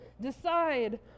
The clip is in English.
decide